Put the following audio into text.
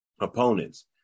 opponents